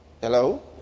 hello